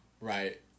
Right